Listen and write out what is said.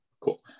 Cool